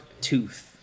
tooth